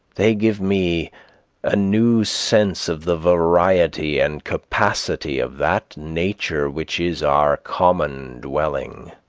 they give me a new sense of the variety and capacity of that nature which is our common dwelling.